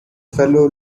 fellow